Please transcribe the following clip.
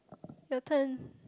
your turn